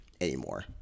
anymore